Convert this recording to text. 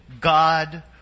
God